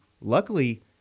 luckily